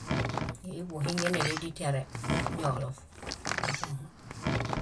Íi kuhiŋe néledĩtiare niolof